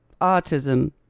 Autism